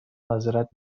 معذرت